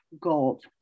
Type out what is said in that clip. gold